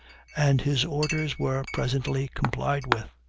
and his orders were presently complied with.